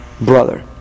brother